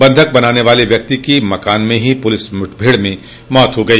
बंधक बनाने वाले व्यक्ति की मकान में ही पुलिस मुठभेड़ में मौत हो गई